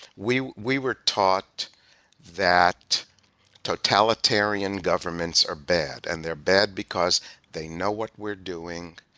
we we were taught that totalitarian governments are bad, and they're bad because they know what we're doing,